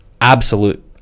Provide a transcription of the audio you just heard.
absolute